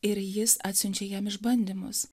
ir jis atsiunčia jam išbandymus